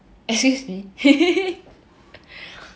excuse me